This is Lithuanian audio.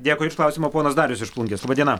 dėkui už klausimą ponas darius iš plungės laba diena